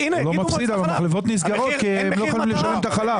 הוא לא מפסיד אבל מחלבות נסגרות כי הם לא יכולים לשלם את החלב.